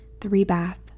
three-bath